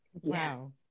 wow